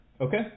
Okay